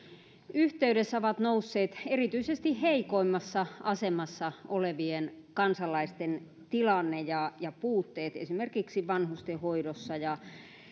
yhteydessä ovat nousseet erityisesti heikoimmassa asemassa olevien kansalaisten tilanne ja ja puutteet esimerkiksi vanhustenhoidossa ja